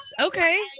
Okay